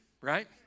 right